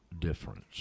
difference